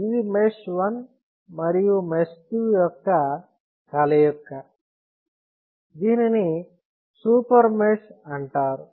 ఇది మెష్ 1 మరియు మెష్ 2 యొక్క కలయిక దీనిని సూపర్ మెష్ అంటారు